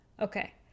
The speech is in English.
Okay